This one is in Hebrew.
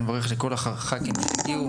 אני מברך את כל הח"כים שהגיעו,